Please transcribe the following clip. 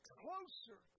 closer